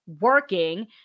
working